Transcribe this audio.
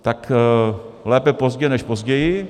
Tak lépe pozdě než později.